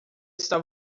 está